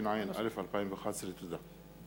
התשע"א 2011. תודה.